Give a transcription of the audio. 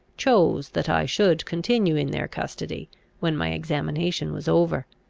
chose that i should continue in their custody when my examination was over.